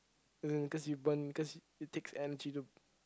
as in cause you burn cause it takes energy to